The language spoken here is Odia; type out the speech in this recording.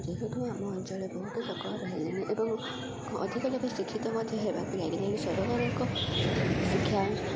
ଯେହେତୁ ଆମ ଅଞ୍ଚଳରେ ବହୁତ ଲୋକ ରହିଲେଣି ଏବଂ ଅଧିକ ଲୋକ ଶିକ୍ଷିତ ମଧ୍ୟ ହେବାକୁ ଲାଗିଲେଣି ସରକାରଙ୍କ ଶିକ୍ଷା